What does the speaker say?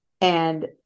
And-